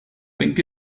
pink